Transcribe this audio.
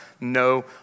no